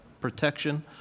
Protection